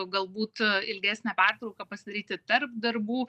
galbūt ilgesnę pertrauką pasidaryti tarp darbų